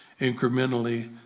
incrementally